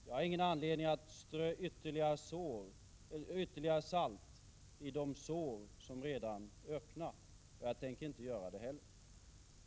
Jag har inte någon anledning att strö ytterligare salt i de sår som redan är öppna, och jag tänker inte göra det heller.